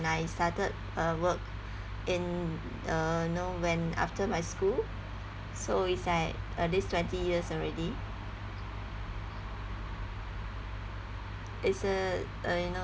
when I started uh work in uh you know when after my school so it's like at least twenty years already it's a uh you know